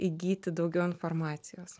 įgyti daugiau informacijos